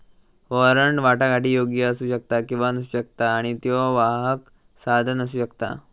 warrant वाटाघाटीयोग्य असू शकता किंवा नसू शकता आणि त्यो वाहक साधन असू शकता